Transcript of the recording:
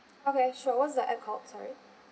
okay sure what's the app called sorry